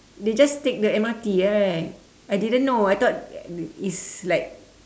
they just take the M_R_T right I didn't know I thought it's like